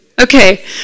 Okay